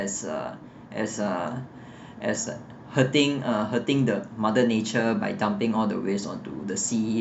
as uh as uh as uh hurting uh hurting the mother nature by dumping all the waste onto the sea